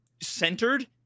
centered